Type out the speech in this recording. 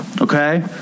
okay